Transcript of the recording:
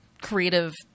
creative